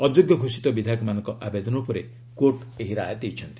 ଅଯୋଗ୍ୟ ଘୋଷିତ ବିଧାୟକମାନଙ୍କ ଆବେଦନ ଉପରେ କୋର୍ଟ ଏହି ରାୟ ଦେଇଛନ୍ତି